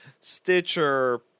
Stitcher